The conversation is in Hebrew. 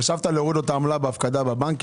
חשבת להוריד לו את העמלה בהפקדה בבנק?